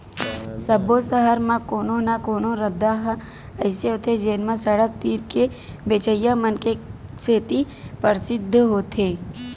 सब्बो सहर म कोनो न कोनो रद्दा ह अइसे होथे जेन म सड़क तीर के बेचइया मन के सेती परसिद्ध होथे